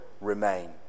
remain